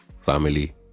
family